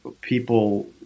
people